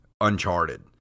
Uncharted